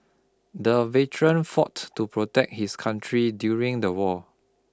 the veteran fought to protect his country during the war